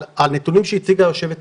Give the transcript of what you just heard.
הנתונים שהציגה יושבת הראש,